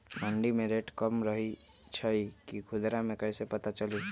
मंडी मे रेट कम रही छई कि खुदरा मे कैसे पता चली?